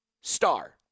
star